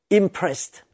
impressed